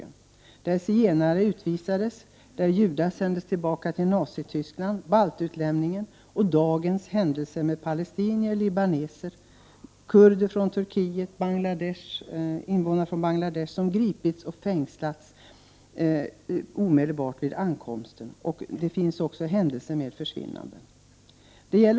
Jag tänker då på de zigenare som utvisats, på de judar som sändes tillbaka till Nazityskland, på baltutlämningen och på ”dagens händelser” beträffande palestinier, libaneser, kurder från Turkiet och de invånare från Bangladesh som gripits och fängslats omedelbart vid ankomsten till Sverige. Dessutom gäller det en del försvinnanden.